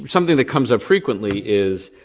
but something that comes up frequently is